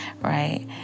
right